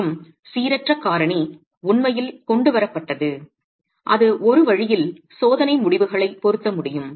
மற்றும் சீரற்ற காரணி உண்மையில் கொண்டுவரப்பட்டது அது ஒரு வழியில் சோதனை முடிவுகளை பொருத்த முடியும்